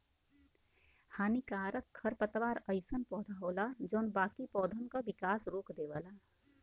हानिकारक खरपतवार अइसन पौधा होला जौन बाकी पौधन क विकास रोक देवला